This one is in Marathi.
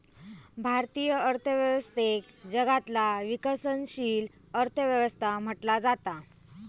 भारतीय अर्थव्यवस्थेक जगातला विकसनशील अर्थ व्यवस्था म्हटला जाता